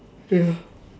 ya